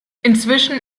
inzwischen